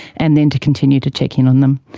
and then to continue to check in on them,